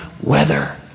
weather